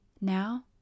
Now